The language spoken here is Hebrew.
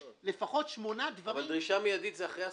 יש לפחות שמונה דברים --- אבל דרישה מידית זה אחרי השגות.